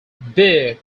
beer